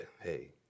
Hey